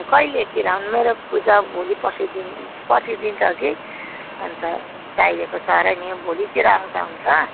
अन्त कहिलेतिर आउनु मेरो पूजा भोलि पर्सि दिन पर्सि दिन छ कि अन्त चाहिएको छ र नि भोलितिर आउँदा हुन्छ